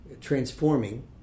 transforming